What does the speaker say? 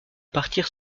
partir